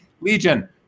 Legion